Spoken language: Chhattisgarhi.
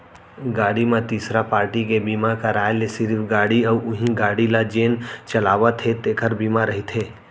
गाड़ी म तीसरा पारटी के बीमा कराय ले सिरिफ गाड़ी अउ उहीं गाड़ी ल जेन चलावत हे तेखर बीमा रहिथे